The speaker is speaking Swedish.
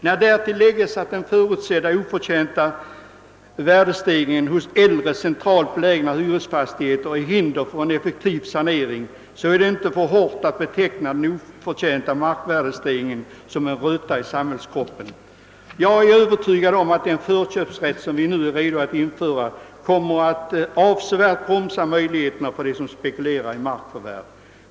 När därtill lägges att den förutsedda, oförtjänta värdestegringen hos äldre, centralt belägna hyresfastigheter är ett hinder för en effektiv sanering, är det inte alltför hårt att beteckna den oförtjänta markvärdestegringen som en röta i samhällskroppen. Jag är övertygad om att den förköpsrätt, som vi nu är redo att införa, kommer att avsevärt bromsa möjligheterna för dem som nu spekulerar i markförvärv.